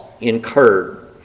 incurred